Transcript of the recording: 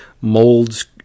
molds